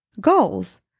goals